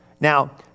Now